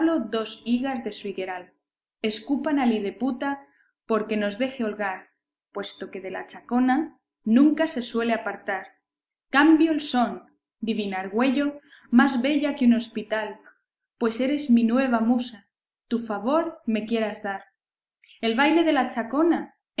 dos higas de su higueral escupan al hideputa por que nos deje holgar puesto que de la chacona nunca se suele apartar cambio el son divina argüello más bella que un hospital pues eres mi nueva musa tu favor me quieras dar el baile de la chacona